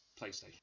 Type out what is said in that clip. PlayStation